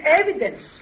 evidence